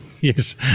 Yes